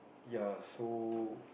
ya so